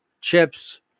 chips